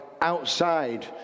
outside